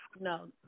no